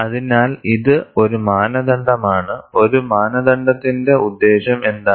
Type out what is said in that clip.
അതിനാൽ ഇത് ഒരു മാനദണ്ഡമാണ് ഒരു മാനദണ്ഡത്തിന്റെ ഉദ്ദേശ്യം എന്താണ്